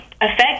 affect